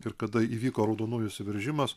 ir kada įvyko raudonųjų įsiveržimas